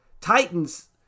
Titans